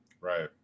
Right